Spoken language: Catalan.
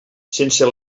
sense